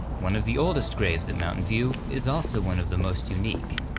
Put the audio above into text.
one of the oldest graves at mountain view is also one of the most unique.